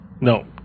No